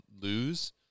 lose